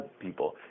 people